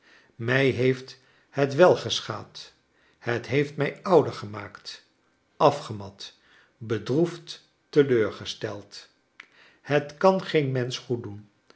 mij heeft het wel geschaad het heeft mij ouder gemaakt afgemat bedroefd teleurgesteld het fcangeen mensch goed